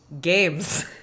games